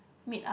meet up